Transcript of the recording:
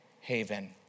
haven